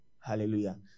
Hallelujah